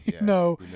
No